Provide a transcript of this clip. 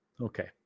Okay